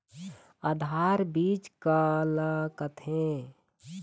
आधार बीज का ला कथें?